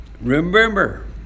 remember